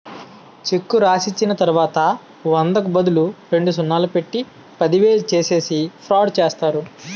చెక్కు రాసిచ్చిన తర్వాత వందకు బదులు రెండు సున్నాలు పెట్టి పదివేలు చేసేసి ఫ్రాడ్ చేస్తారు